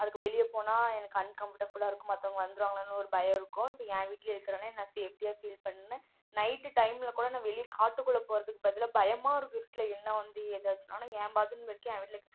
அதுக்கு வெளியே போனால் எனக்கு அன்கம்ஃபர்ட்டபுலாக இருக்கும் மற்றவங்க வந்துடுவாங்களோன்னு ஒரு பயம் இருக்கும் இப்போ என் வீட்லேயே இருக்கிறனால நான் சேஃப்டியாக ஃபீல் பண்ணிணேன் நைட்டு டைமில் கூட நான் வெளியே காட்டுக்குள்ளே போகிறதுக்கு பதிலாக பயமாக இருக்குது இருட்டில் என்ன வந்து ஏதாச்சுன்னோன என் பாத்ரூம் இருக்குது